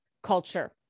culture